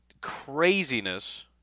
Craziness